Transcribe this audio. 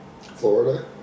Florida